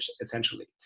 essentially